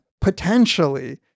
potentially